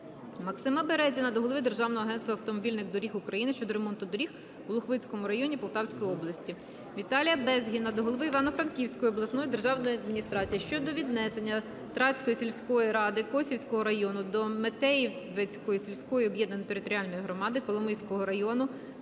Максима Березіна до голови Державного агентства автомобільних доріг України щодо ремонту доріг у Лохвицькому районі Полтавської області. Віталія Безгіна до голови Івано-Франківської обласної державної адміністрації щодо віднесення Трацької сільської ради Косівського району до Матеївецької сільської об'єднаної територіальної громади Коломийського району